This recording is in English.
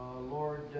Lord